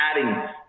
adding